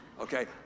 okay